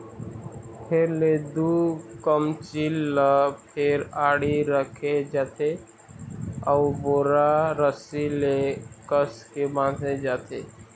फेर ले दू कमचील ल फेर आड़ी रखे जाथे अउ बोरा रस्सी ले कसके बांधे जाथे